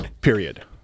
period